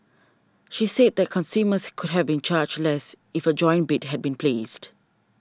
she said that consumers could have been charged less if a joint bid had been placed